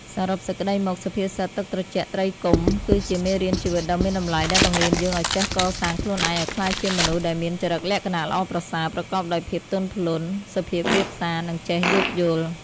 សរុបសេចក្តីមក សុភាសិត ទឹកត្រជាក់ ត្រីកុំ គឺជាមេរៀនជីវិតដ៏មានតម្លៃ ដែលបង្រៀនយើងឱ្យចេះកសាងខ្លួនឯងឱ្យក្លាយជាមនុស្សដែលមានចរិតលក្ខណៈល្អប្រសើរ ប្រកបដោយភាពទន់ភ្លន់ សុភាពរាបសារ និងចេះយោគយល់។